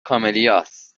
کاملیاست